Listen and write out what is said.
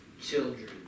children